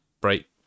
Break